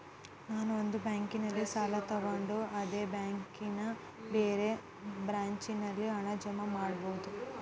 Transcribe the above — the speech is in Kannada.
ನಾನು ಒಂದು ಬ್ಯಾಂಕಿನಲ್ಲಿ ಸಾಲ ತಗೊಂಡು ಅದೇ ಬ್ಯಾಂಕಿನ ಬೇರೆ ಬ್ರಾಂಚಿನಲ್ಲಿ ಹಣ ಜಮಾ ಮಾಡಬೋದ?